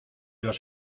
los